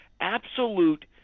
absolute